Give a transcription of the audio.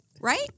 Right